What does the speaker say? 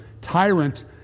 tyrant